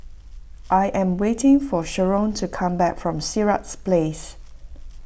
I am waiting for Sherron to come back from Sirat Place